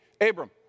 Abram